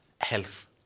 health